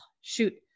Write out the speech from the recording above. shoot